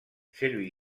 celui